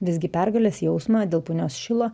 visgi pergalės jausmą dėl punios šilo